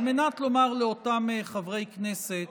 כדי לומר לאותם חברי כנסת